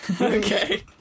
Okay